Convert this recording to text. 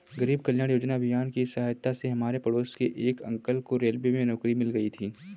गरीब कल्याण रोजगार अभियान की सहायता से हमारे पड़ोस के एक अंकल को रेलवे में नौकरी मिल गई थी